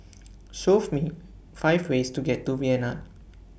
Show Me five ways to get to Vienna